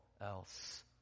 else